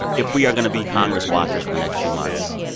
if we are going to be congress watchers for the next few months,